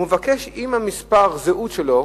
הוא מבקש, עם מספר הזהות שלו,